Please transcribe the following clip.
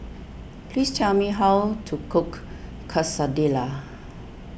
please tell me how to cook Quesadillas